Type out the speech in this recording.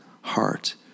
heart